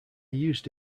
used